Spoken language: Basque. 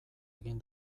egin